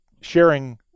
sharing